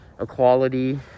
equality